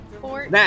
Four